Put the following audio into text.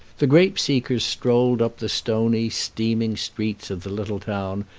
the grape-seekers strolled up the stony, steaming streets of the little town,